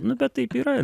nu bet taip yra